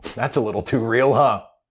that's a little too real, huh?